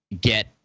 get